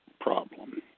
problem